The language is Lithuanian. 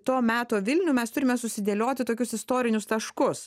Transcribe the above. to meto vilnių mes turime susidėlioti tokius istorinius taškus